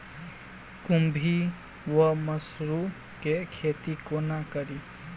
खुम्भी वा मसरू केँ खेती कोना कड़ी?